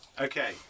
Okay